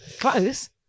close